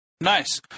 Nice